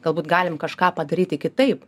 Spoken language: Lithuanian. galbūt galim kažką padaryti kitaip